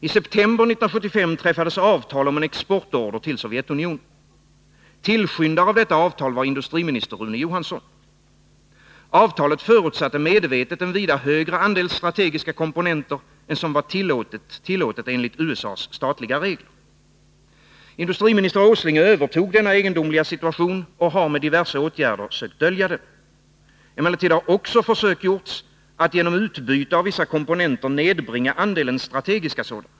I september 1975 träffades avtal om en exportorder till Sovjetunionen. Tillskyndare av detta avtal var industriminister Rune Johansson. Avtalet förutsatte medvetet en vida högre andel strategiska komponenter än som var tillåtet enligt USA:s statliga regler. Industriminister Nils Åsling övertog denna egendomliga situation och har med diverse åtgärder sökt dölja den. Emellertid har också försök gjorts att genom utbyte av vissa komponenter nedbringa andelen strategiska sådana.